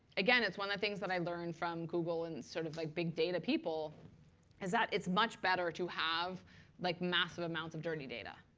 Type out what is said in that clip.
again, it's one of the things that i learned from google and sort of like big data people is that it's much better to have like massive amounts of dirty data.